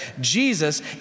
Jesus